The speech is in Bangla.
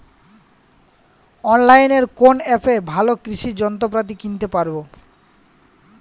অনলাইনের কোন অ্যাপে ভালো কৃষির যন্ত্রপাতি কিনতে পারবো?